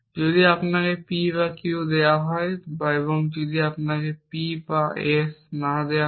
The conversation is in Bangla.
যদি আপনাকে P বা Q দেওয়া হয় এবং যদি আপনাকে P বা S না দেওয়া হয়